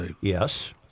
Yes